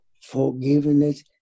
forgiveness